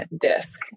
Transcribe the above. disk